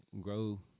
Grow